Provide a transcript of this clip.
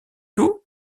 tout